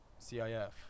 CIF